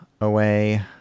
away